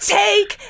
take